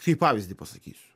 kaip pavyzdį pasakysiu